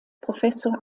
professor